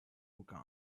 woking